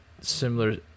similar